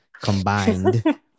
combined